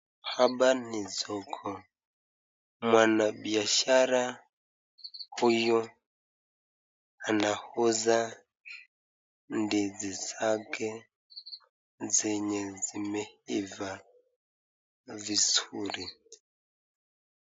Hapa ni soko mwanabishara huyu anauza ndizi zake zenye zimeivaa vizuri.